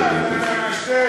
חבר הכנסת